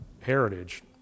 heritage